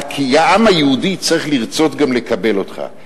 כי העם היהודי גם צריך לרצות לקבל אותך.